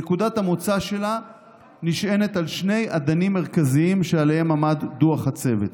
נקודת המוצא שלה נשענת על שני אדנים מרכזיים שעליהם עמד דוח הצוות.